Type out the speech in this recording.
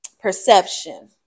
perception